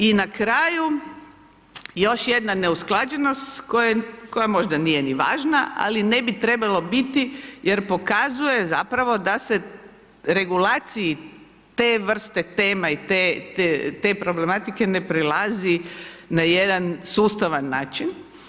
I na kraju, još jedna neusklađenost koja možda nije ni važna, ali ne bi trebalo biti, jer pokazuje zapravo da se regulaciji te vrste tema i te problematike, ne prilazi na jedan sustavan način.